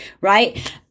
right